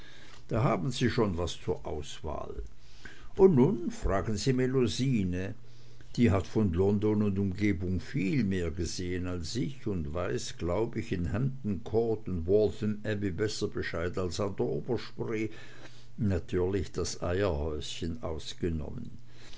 da haben sie schon was zur auswahl und nun fragen sie melusine die hat von london und umgegend viel mehr gesehn als ich und weiß glaub ich in hampton court und waltham abbey besser bescheid als an der oberspree natürlich das eierhäuschen ausgenommen